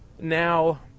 Now